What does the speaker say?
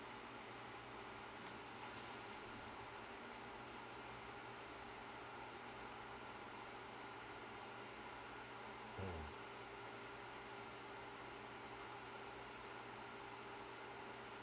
mm